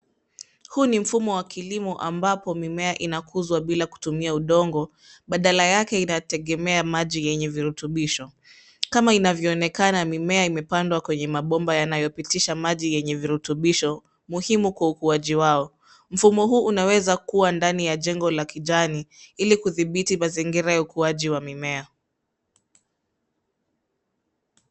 Huu ni mfumo wa kilimo ambapo mimea inakuzwa bila kutumia udongo badala yake inategemea maji yenye virutubisho. Kama inavyoonekana mimea imepandwa kwenye mabomba yanayopitisha maji yenye virutubisho muhimu kwa ukuwaji wao. Mfumo huu unaweza kuwa ndani ya jengo la kijani ili kudhibiti mazingira ya ukuwaji wa mimea.